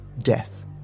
death